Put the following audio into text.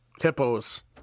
Hippos